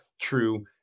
true